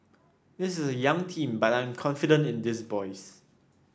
this is a young team but I am confident in these boys